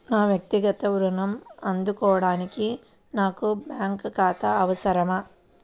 నా వక్తిగత ఋణం అందుకోడానికి నాకు బ్యాంక్ ఖాతా అవసరమా?